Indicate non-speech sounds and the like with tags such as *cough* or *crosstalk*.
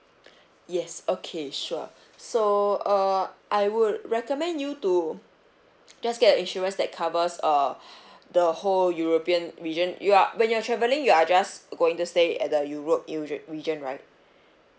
yes okay sure so err I would recommend you to just get a insurance that covers uh *breath* the whole european region you are when you're traveling you are just going the stay at the europe region right